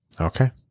Okay